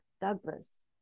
Douglas